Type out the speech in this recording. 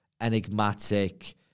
enigmatic